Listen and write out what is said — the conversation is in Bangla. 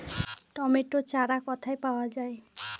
টমেটো চারা কোথায় পাওয়া যাবে?